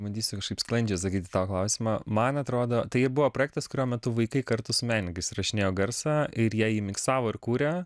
bandysiu kažkaip sklandžiai atsakyt į tavo klausimą man atrodo buvo projektas kurio metu vaikai kartu su menininkais įrašinėjo garsą ir jie jį miksavo ir kūrė